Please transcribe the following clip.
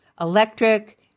electric